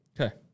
Okay